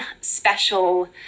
special